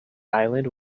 island